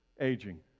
aging